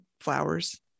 flowers